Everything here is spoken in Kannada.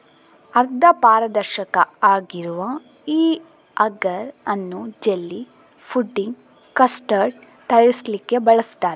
ಅರ್ಧ ಪಾರದರ್ಶಕ ಆಗಿರುವ ಈ ಅಗರ್ ಅನ್ನು ಜೆಲ್ಲಿ, ಫುಡ್ಡಿಂಗ್, ಕಸ್ಟರ್ಡ್ ತಯಾರಿಸ್ಲಿಕ್ಕೆ ಬಳಸ್ತಾರೆ